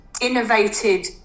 innovated